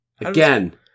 Again